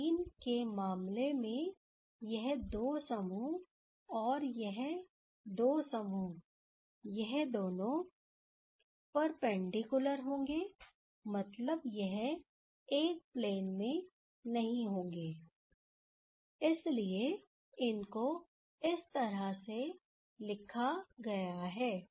एलीन के मामले में यह दो समूह और यह दो समूह यह दोनों परपेंडिकुलर होंगे मतलब यह एक प्लेन में नहीं होंगे इसलिए इनको इस तरह से लिखा गया है